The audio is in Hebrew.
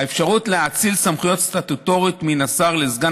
האפשרות להאציל סמכויות סטטוטוריות מהשר לסגן